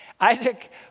Isaac